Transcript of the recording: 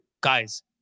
guys